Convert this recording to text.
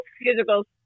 Musicals